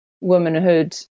womanhood